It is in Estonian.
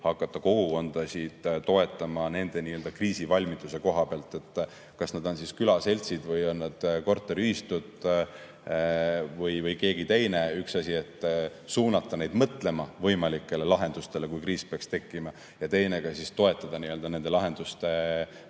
hakata kogukondasid toetama nende nii-öelda kriisivalmiduse koha pealt. Kas need on külaseltsid või on need korteriühistud või keegi teine – üks asi on suunata neid mõtlema võimalikele lahendustele, kui kriis peaks tekkima, ja teine, et toetada nende lahenduste